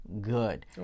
good